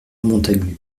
montagu